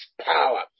power